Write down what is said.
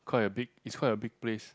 quite a big it's quite a big place